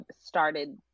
started